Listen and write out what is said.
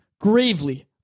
gravely